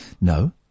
No